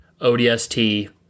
ODST